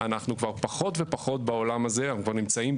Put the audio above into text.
אנחנו כבר פחות ופחות בעולם הזה,